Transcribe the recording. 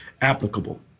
applicable